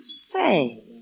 Say